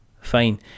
fine